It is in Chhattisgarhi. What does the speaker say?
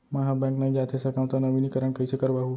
मैं ह बैंक नई जाथे सकंव त नवीनीकरण कइसे करवाहू?